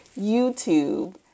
YouTube